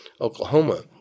Oklahoma